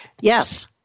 Yes